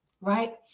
right